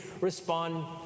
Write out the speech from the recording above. respond